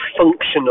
functional